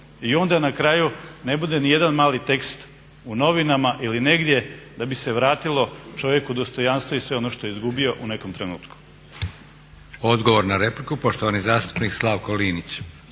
i onda na kraju ne bude ni jedan mali tekst u novinama ili negdje da bi se vratilo čovjeku dostojanstvo i sve ono što je izgubio u nekom trenutku. **Leko, Josip (SDP)** Odgovor na repliku, poštovani zastupnik Slavko Linić.